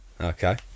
Okay